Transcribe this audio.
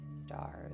stars